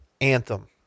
Anthem